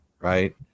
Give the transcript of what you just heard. right